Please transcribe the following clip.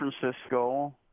Francisco